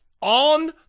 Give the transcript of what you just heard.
on